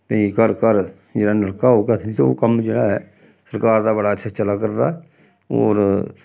भाई घर घर जेह्ड़ा नलका होग केह् आखदे निं ते ओह् कम्म जेह्ड़ा ऐ सरकार दा बड़ा अच्छा चला करदा ऐ होर